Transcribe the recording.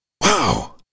wow